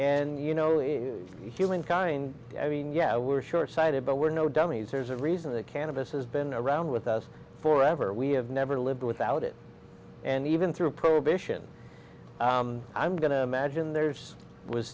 and you know humankind i mean yeah we're short sighted but we're no dummies there's a reason the cannabis has been around with us forever we have never lived without it and even through prohibition i'm going to madge and there's was